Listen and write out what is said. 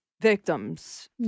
victims